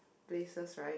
places right